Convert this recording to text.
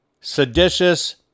seditious